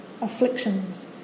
afflictions